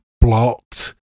blocked